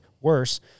worse